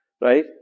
right